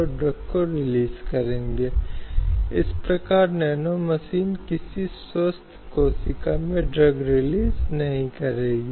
तो यह भी एक महत्वपूर्ण बदलाव है जो संविधान संशोधन के माध्यम से प्रभावित हुआ है